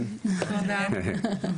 כן, תודה רבה.